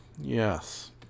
yes